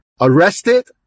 arrested